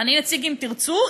אני נציג "אם תרצו",